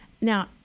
Now